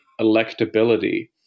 electability